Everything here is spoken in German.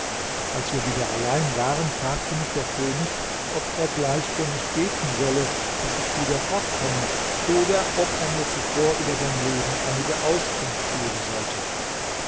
als wir wieder allein waren fragte mich der könig ob er gleich für mich beten solle daß ich wieder fortkomme oder ob er mir zuvor über sein leben einige auskunft geben sollte